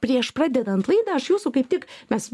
prieš pradedant laidą aš jūsų kaip tik mes